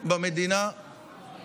במדינה אני